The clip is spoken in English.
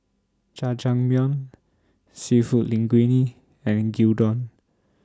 Jajangmyeon Seafood Linguine and Gyudon